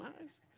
nice